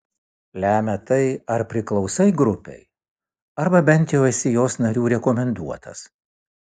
lemia tai ar priklausai grupei arba bent jau esi jos narių rekomenduotas